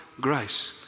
grace